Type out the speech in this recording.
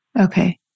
Okay